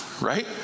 Right